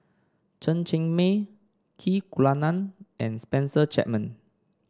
Chen Cheng Mei Key Kunalan and Spencer Chapman